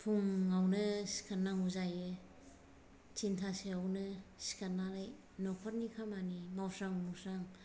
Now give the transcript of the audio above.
फुंआवनो सिखारनांगौ जायो तिनथासोआवनो सिखारनानै न'खरनि खामानि मावस्रां मुस्रां